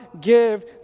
give